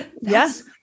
Yes